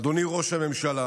אדוני ראש הממשלה,